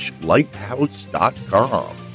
lighthouse.com